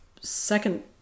second